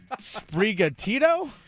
Sprigatito